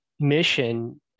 mission